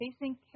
facing